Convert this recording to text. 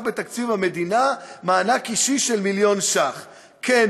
בתקציב המדינה מענק אישי של מיליון שקלים?